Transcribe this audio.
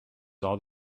saw